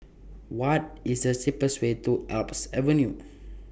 What IS The cheapest Way to Alps Avenue